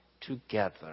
together